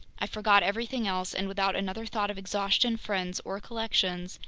i forgot everything else, and without another thought of exhaustion, friends, or collections,